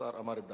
השר אמר את דעתו.